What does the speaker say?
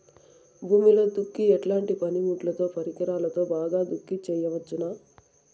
భూమిలో దుక్కి ఎట్లాంటి పనిముట్లుతో, పరికరాలతో బాగా దుక్కి చేయవచ్చున?